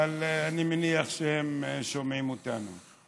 אבל אני מניח שהם שומעים אותנו.